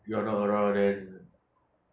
you are not around then